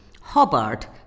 Hobart